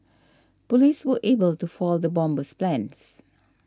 police were able to foil the bomber's plans